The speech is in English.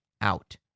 out